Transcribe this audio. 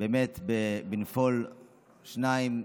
באמת, בנפול שניים,